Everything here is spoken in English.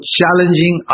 challenging